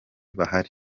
bahari